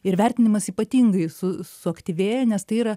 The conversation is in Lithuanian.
ir vertinimas ypatingai su suaktyvėja nes tai yra